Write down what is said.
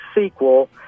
sequel